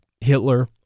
Hitler